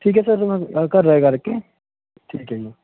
ਠੀਕ ਹੈ ਸਰ ਫਿਰ ਮੈਂ ਘਰ ਰਾਏ ਕਰਕੇ ਠੀਕ ਹੈ ਜੀ